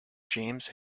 james